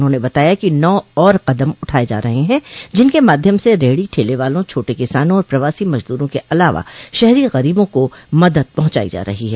उन्होंने बताया कि नौ और कदम उठाये जा रहे हैं जिनके माध्यम से रेहड़ी ठेले वालों छोटे किसानों और प्रवासी मजदूरों के अलावा शहरी गरीबों को मदद पहुंचाई जा रही है